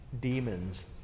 demons